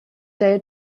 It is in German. day